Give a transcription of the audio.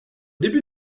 début